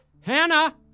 Hannah